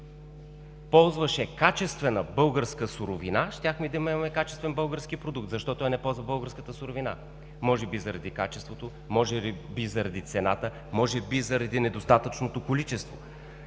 ползваше качествена българска суровина, щяхме да имаме качествен български продукт. Защо той не ползва българската суровина? Може би заради качеството, може би заради цената, може би заради недостатъчното количество.